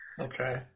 Okay